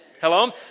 Hello